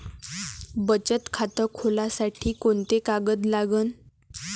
बचत खात खोलासाठी कोंते कागद लागन?